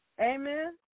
Amen